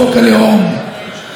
התיקון שלי,